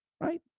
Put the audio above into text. Right